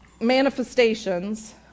manifestations